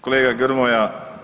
Kolega Grmoja,